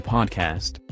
Podcast